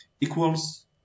equals